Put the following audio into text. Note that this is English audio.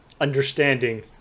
understanding